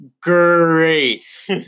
great